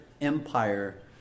empire